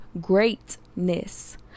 greatness